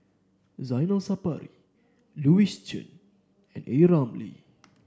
Zainal Sapari Louis Chen and A Ramli